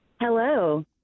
Hello